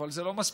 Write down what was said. אבל זה לא מספיק,